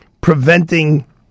preventing